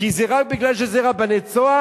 רק כי זה רבני "צהר",